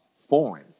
foreign